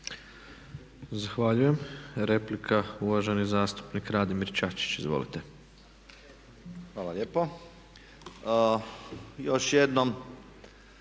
Zahvaljujem. Replika, uvaženi zastupnik Radimir Čačić, izvolite. **Čačić, Radimir